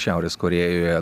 šiaurės korėjoje